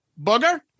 Booger